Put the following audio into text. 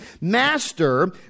Master